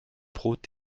brot